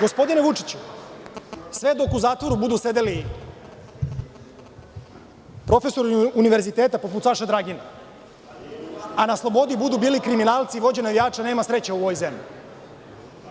Gospodine Vučiću, sve dok u zatvoru budu sedeli profesori univerziteta poput Saše Dragin, a na slobodi budu bili kriminalci i vođe navijača, nema sreće u ovoj zemlji,